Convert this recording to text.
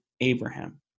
Abraham